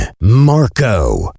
marco